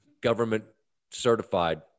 government-certified